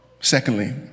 Secondly